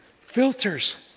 filters